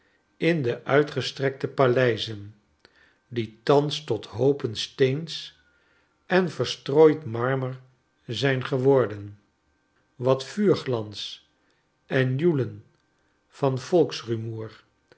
in de uitgestrekte paleizen die thans tot hoopen steens en verstrooid manner zijn geworden wat vuurglans